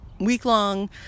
week-long